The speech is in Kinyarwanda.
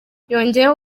yongeyeho